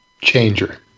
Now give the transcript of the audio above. Changer